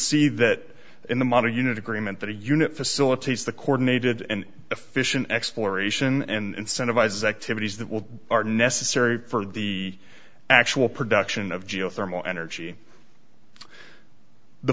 see that in the modern unit agreement that a unit facilitates the cordon aged and efficient exploration and incentivize activities that will are necessary for the actual production of geothermal energy the